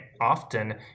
often